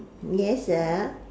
yes sir